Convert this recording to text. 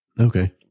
Okay